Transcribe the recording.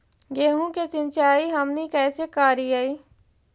गेहूं के सिंचाई हमनि कैसे कारियय?